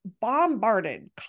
bombarded